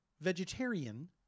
vegetarian